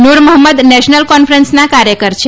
નૂર Mohammad national કોન્ફરન્સના કાર્યકર છે